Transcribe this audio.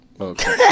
okay